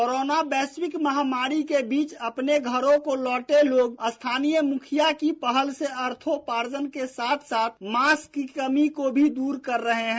corona वैश्विक महामारी के बीच अपने घरों को लौटे लोग स्थानीय मुखिया की पहल से अथॉपार्जन के साथ साथ मास्क की कमी को भी दूर कर रहे हैं